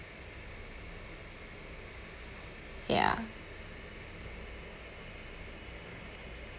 ya